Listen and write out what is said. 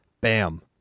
bam